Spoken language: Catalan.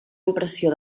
impressió